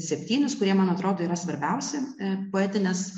septynis kurie man atrodo yra svarbiausi poetinės